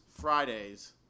Fridays